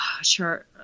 sure